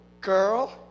girl